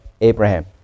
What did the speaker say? Abraham